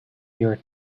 year